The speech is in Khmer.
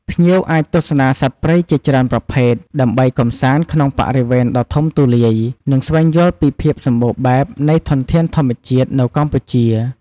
ភ្ញៀវអាចទស្សនាសត្វព្រៃជាច្រើនប្រភេទ ដើរកម្សាន្តក្នុងបរិវេណដ៏ធំទូលាយ និងស្វែងយល់ពីភាពសម្បូរបែបនៃធនធានធម្មជាតិនៅកម្ពុជា។